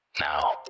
now